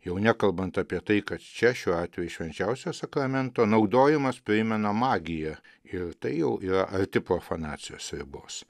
jau nekalbant apie tai kad čia šiuo atveju švenčiausio sakramento naudojimas primena magiją ir tai jau yra arti profanacijos ribos